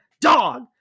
dog